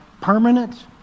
permanent